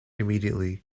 immediately